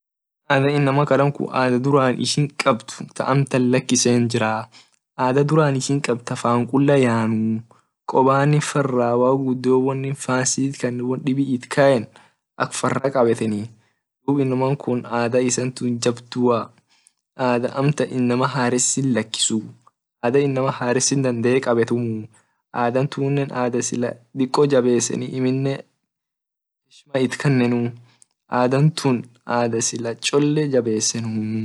Inamakun ada duran ishin kabd ka amtan lakisen jiraa ada duran ishin kabd ta fan kula yan koban farraa waq gudio fan ini sit kan dub inamakun ada isan jabdua ada amtan inam haresi lakisuu ada inama haresi dandee kabetumuu ada tunne ada sila diko jabeseni adan tun ada sila cholle jabesenu.